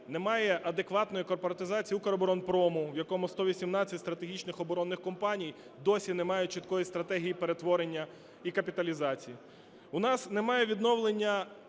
немає адекватної корпоратизації Укроборонпрому, в якому 118 стратегічних оборонних компаній - досі немає чіткої стратегії перетворення і капіталізації.